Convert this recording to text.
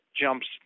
jumps